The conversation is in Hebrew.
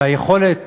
ליכולת